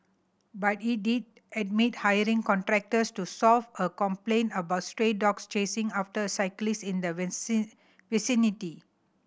but it did admit hiring contractors to solve a complaint about stray dogs chasing after cyclists in the vicinity